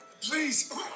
Please